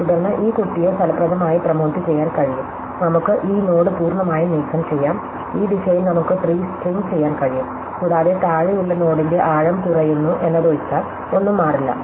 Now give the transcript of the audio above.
തുടർന്ന് ഈ കുട്ടിയെ ഫലപ്രദമായി പ്രമോട്ടുചെയ്യാൻ കഴിയും നമുക്ക് ഈ നോഡ് പൂർണ്ണമായും നീക്കംചെയ്യാം ഈ ദിശയിൽ നമുക്ക് ട്രീ സ്ട്രിംഗ് ചെയ്യാൻ കഴിയും കൂടാതെ താഴെയുള്ള നോഡിന്റെ ആഴം കുറയുന്നു എന്നതൊഴിച്ചാൽ ഒന്നും മാറില്ല